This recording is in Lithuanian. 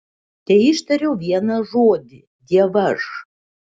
teištariau vieną žodį dievaž